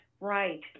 right